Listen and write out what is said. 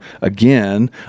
again